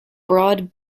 broad